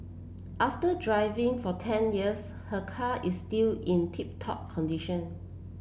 after driving for ten years her car is still in tip top condition